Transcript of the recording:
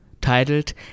titled